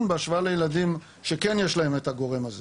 בהשוואה לילדים שכן יש להם את הגורם הזה.